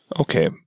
Okay